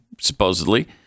supposedly